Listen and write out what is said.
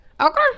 Okay